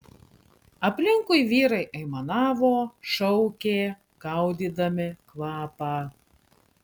aplinkui vyrai aimanavo šaukė gaudydami kvapą